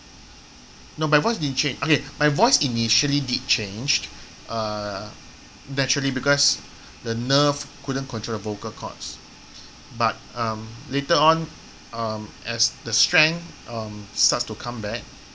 no my voice didn't change okay my voice initially did changed err naturally because the nerve couldn't control the vocal cords but um later on um as the strength um starts to come back